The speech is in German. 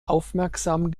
aufmerksam